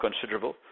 considerable